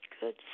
Good